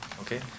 okay